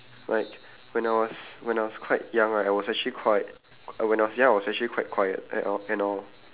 right when I was when I was quite young right I was actually quite when I was young I was actually quite quiet and all and all